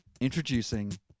Introducing